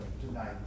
tonight